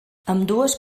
ambdues